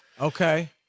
Okay